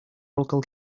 local